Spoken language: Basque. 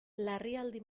larrialdi